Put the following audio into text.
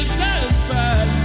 satisfied